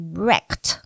wrecked